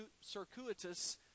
circuitous